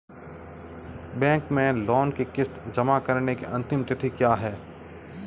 Bank में loan की किश्त जमा कराने की अंतिम तिथि क्या है?